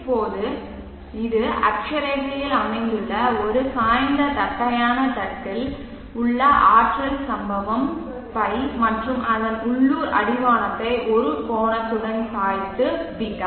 இப்போது இது அட்சரேகையில் அமைந்துள்ள ஒரு சாய்ந்த தட்டையான தட்டில் உள்ள ஆற்றல் சம்பவம் ϕ மற்றும் அதன் உள்ளூர் அடிவானத்தை ஒரு கோணத்துடன் சாய்த்து ß